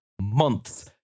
months